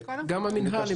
גם המינהל,